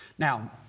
Now